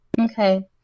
Okay